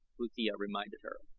uthia reminded her.